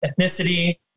ethnicity